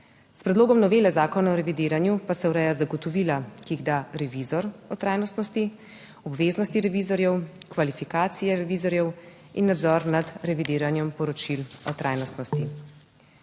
S predlogom novele Zakona o revidiranju pa se urejajo zagotovila, ki jih da revizor o trajnostnosti, obveznosti revizorjev, kvalifikacije revizorjev in nadzor nad revidiranjem poročil o trajnostnosti.